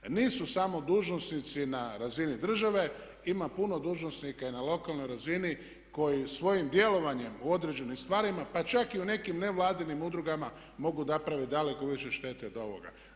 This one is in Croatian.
Jer nisu samo dužnosnici na razini države, ima puno dužnosnika i na lokalnoj razini koji svojim djelovanjem u određenim stvarima pa čak i u nekim nevladinim udrugama mogu napraviti daleko više štete od ovoga.